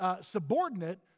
subordinate